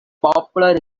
popular